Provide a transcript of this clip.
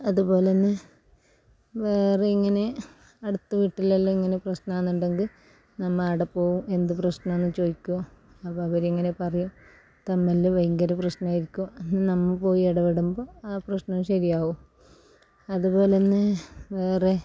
അതുപോലെതന്നെ വേറെ ഇങ്ങനെ അടുത്ത വീട്ടിലെല്ലാം ഇങ്ങനെ പ്രശ്നമെന്നുണ്ടെങ്കിൽ നമ്മ ആടെ പോകും എന്ത് പ്രശ്നമാണെന്ന് ചോദിക്കും അപ്പം അവരിങ്ങനെ പറയും തമ്മിൽ ഭയങ്കര പ്രശ്നമായിരിക്കും എന്നാൽ നമ്മ പോയി ഇടപെടുമ്പോൾ ആ പ്രശ്നം ശരിയാകും അതുപോലെതന്നെ വേറെ